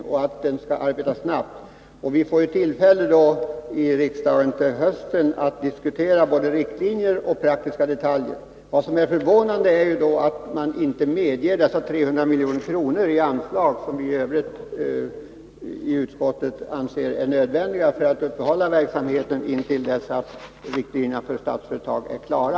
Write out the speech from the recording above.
Utredningen skall arbeta snabbt, och vi får till hösten tillfälle att i riksdagen diskutera både riktlinjer och praktiska detaljer. Vad som då är förvånande är att moderaterna inte vill anslå de 300 milj.kr. som utskottet i övrigt anser vara nödvändiga för att uppehålla verksamheten, till dess att riktlinjerna för Statsföretag är klara.